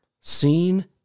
seen